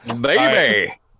Baby